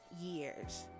years